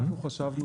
אנחנו חשבנו